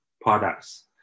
products